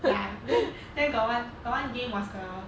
ya then then got one got one game was the